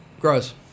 Gross